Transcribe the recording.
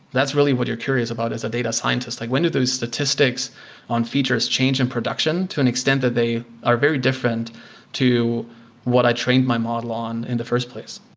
that's really what you're curious about as a data scientist. like when do those statistics on features change in production to an extent that they are very different to what i trained my model on in the first place?